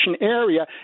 area